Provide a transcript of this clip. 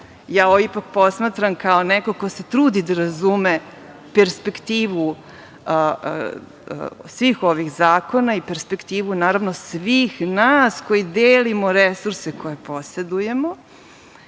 ja ovo ipak posmatram kao neko ko se trudi da razume perspektivu svih ovih zakona i perspektivu naravno svih nas koji delimo resurse koje posedujemo,